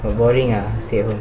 boring ah stay home